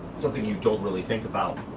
something you don't really think about,